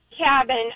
cabin